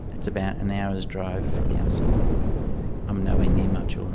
it's about an hour's drive from here, so i'm nowhere near my children.